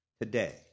today